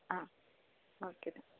അ okay